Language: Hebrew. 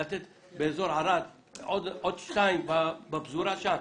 לתת באזור ערד עוד שניים בפזורה שם,